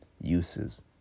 uses